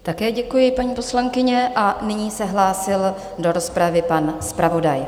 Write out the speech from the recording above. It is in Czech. Také děkuji, paní poslankyně, a nyní se hlásil do rozpravy pan zpravodaj.